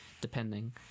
depending